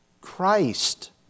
Christ